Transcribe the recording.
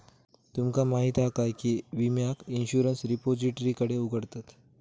तुमका माहीत हा काय की ई विम्याक इंश्युरंस रिपोजिटरीकडे उघडतत